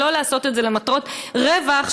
ולא לעשות את זה למטרות רווח,